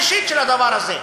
מה המשמעות האישית של הדבר הזה?